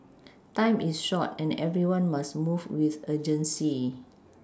time is short and everyone must move with urgency